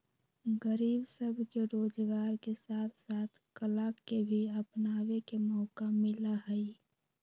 गरीब सब के रोजगार के साथ साथ कला के भी अपनावे के मौका मिला हई